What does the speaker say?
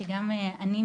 שגם אני,